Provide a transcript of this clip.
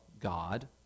God